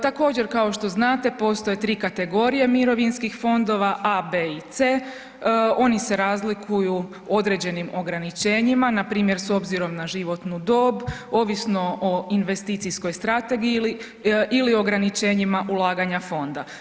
Također kao što znate, postoje 3 kategorije mirovinskih fondova, A, B i C. Oni se razlikuju određeni ograničenjima, npr. s obzirom na životnu dob, ovisno o investicijskoj strategiji ili, ili ograničenjima ulaganja fonda.